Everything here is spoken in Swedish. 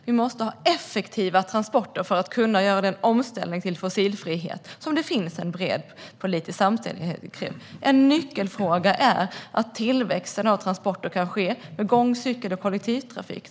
Vi måste ha effektiva transporter för att kunna göra den omställning till fossilfrihet som det finns en bred politisk samstämmighet om. En nyckelfråga är att tillväxten av transporter kan ske med gång, cykel och kollektivtrafik.